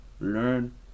learn